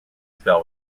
spell